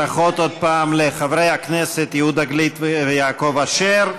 עוד פעם, ברכות לחברי הכנסת יהודה גליק ויעקב אשר,